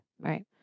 Right